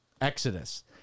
Exodus